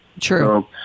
True